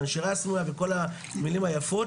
והנשירה הסמויה וכל המילים היפות,